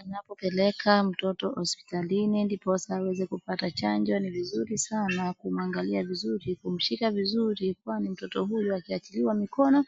Anapopeleka mtoto hospitalini ndiposa aweze kupata chanjo ni vizuri sana kumwangalia vizuri, kumshika vizuri kwani mtoto huyu akiachiliwa mikono